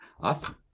Awesome